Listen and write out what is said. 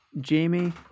Jamie